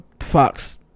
Fox